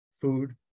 food